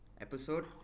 Episode